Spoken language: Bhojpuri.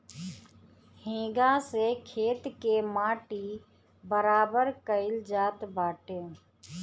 हेंगा से खेत के माटी बराबर कईल जात बाटे